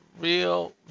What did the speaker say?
real